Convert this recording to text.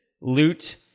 loot